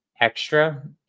extra